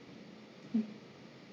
mm